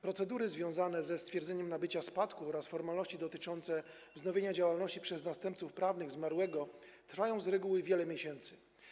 Procedury związane ze stwierdzeniem nabycia spadku oraz formalności dotyczące wznowienia działalności przez następców prawnych zmarłego trwają z reguły wiele miesięcy.